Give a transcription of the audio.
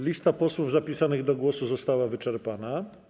Lista posłów zapisanych do głosu została wyczerpana.